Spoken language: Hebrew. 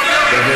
זה התפקיד שלך.